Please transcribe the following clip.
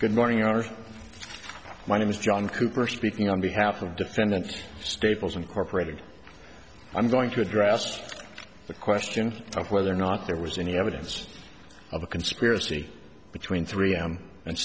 good morning your honor my name is john cooper speaking on behalf of defendant staples incorporated i'm going to address the question of whether or not there was any evidence of a conspiracy between three am and